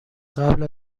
قبل